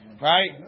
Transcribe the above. right